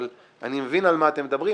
אבל אני מבין מה אתם מדברים,